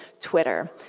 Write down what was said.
Twitter